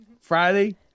Friday